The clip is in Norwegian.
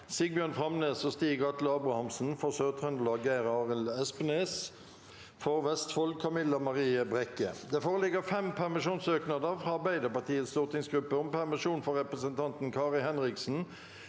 Sigbjørn Framnes og Stig Atle Abraham_sen_ For Sør-Trøndelag: Geir Arild Espnes For Vestfold: Camilla Marie Brekke Det foreligger en rekke permisjonssøknader: – fra Arbeiderpartiets stortingsgruppe om permisjon for representanten Kari Henriksen